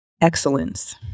excellence